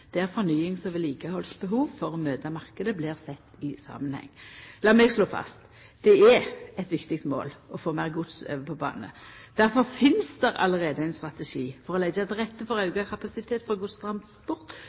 vedlikehaldsbehov for å møta marknaden blir sett i samanheng. Lat meg slå fast: Det er eit viktig mål å få meir gods over på bane. Difor finst det allereie ein strategi for å leggja til rette for